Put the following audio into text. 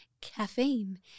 caffeine